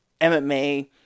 MMA